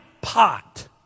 pot